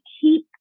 keep